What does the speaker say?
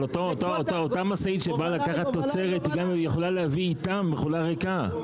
גם המשאית שבאה לקחת תוצרת יכולה להביא איתה מכולה ריקה.